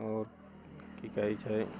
आओर की कहै छै